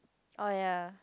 oh ya